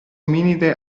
ominide